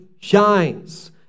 shines